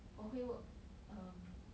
我会 work um